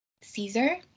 Caesar